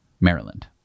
Maryland